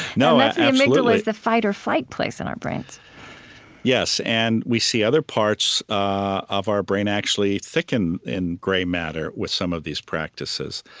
you know amygdala's the fight-or-flight place in our brains yes. and we see other parts ah of our brain actually thicken in gray matter with some of these practices.